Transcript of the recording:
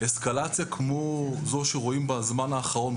אסקלציה כמו זו שרואים בזמן האחרון,